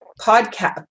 podcast